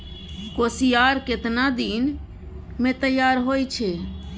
कोसियार केतना दिन मे तैयार हौय छै?